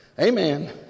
Amen